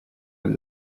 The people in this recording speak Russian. для